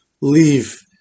leave